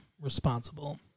responsible